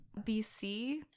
bc